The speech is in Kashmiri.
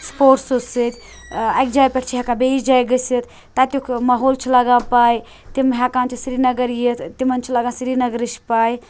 سٕپوٹسہٕ سۭتۍ اَکہِ جایہِ پٮ۪ٹھ چھِ ہیکا بیٚیِس جایہِ گٔژھِتھ تَتِیُک ماحول چھُ لَگان پاے تِم ہیٚکان چھِ سِرینگر یِتھ تِمن چھِ لگان سِرینگرٕچ پاے